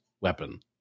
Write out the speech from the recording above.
weapon